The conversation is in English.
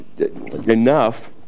enough